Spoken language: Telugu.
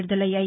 విడుదలయ్యాయి